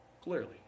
clearly